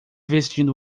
vestindo